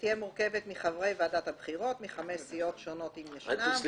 שתהיה מורכבת מחברי ועדת הבחירות מחמש סיעות שונות אם ישנן.